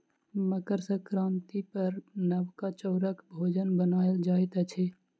मकर संक्रांति पर नबका चौरक भोजन बनायल जाइत अछि